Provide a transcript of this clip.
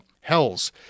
Hells